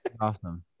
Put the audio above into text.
Awesome